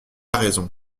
raison